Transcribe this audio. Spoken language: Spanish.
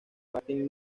martin